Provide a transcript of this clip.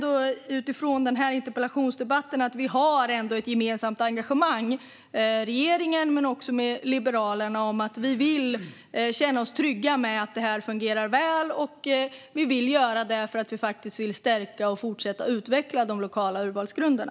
Denna interpellationsdebatt visar att regeringen och Liberalerna har ett gemensamt engagemang. Vi vill känna oss trygga med att detta fungerar väl, och vi vill stärka och fortsätta utveckla de lokala urvalsgrunderna.